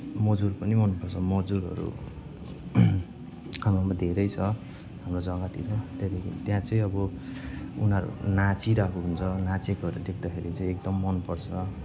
मजुर पनि मनपर्छ मजुरहरू हाम्रोमा धेरै छ हाम्रो जग्गातिर त्यहाँदेखि त्यहाँ चाहिँ अब उनीहरू नाचिरहेको हुन्छ नाचेकोहरू देख्दाखेरि चाहिँ एकदम मनपर्छ